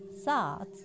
thoughts